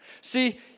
See